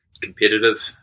competitive